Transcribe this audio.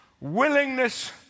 willingness